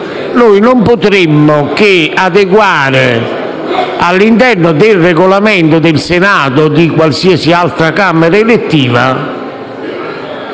noi non potremmo che inserire all'interno del Regolamento del Senato (o di qualsiasi altra camera elettiva),